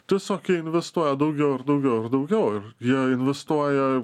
tiesiog jie investuoja daugiau ir daugiau ir daugiau ir jie investuoja